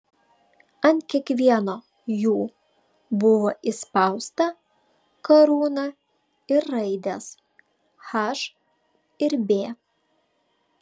ant kiekvieno jų buvo įspausta karūna ir raidės h ir b